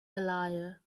liar